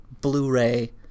Blu-ray